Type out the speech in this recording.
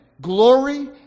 glory